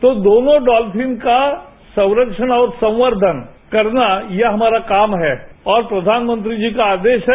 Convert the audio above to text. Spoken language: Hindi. तो दोनों डॉल्फिन का संरक्षण और संवर्द्धन करना यह हमारा काम है और प्रधानमंत्री जी का आदेश है